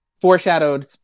foreshadowed